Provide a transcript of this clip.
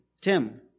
Tim